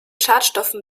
schadstoffen